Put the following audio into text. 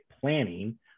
planning